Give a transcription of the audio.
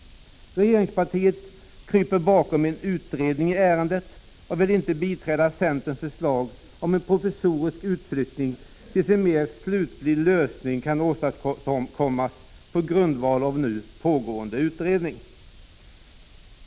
Regeringspartiet kryper bakom en utredning i ärendet och vill inte biträda centerns förslag om en provisorisk utflyttning tills en mera slutlig lösning kan åstadkommas på grundval av nu pågående utredning.